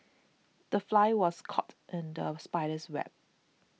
the fly was caught in the spider's web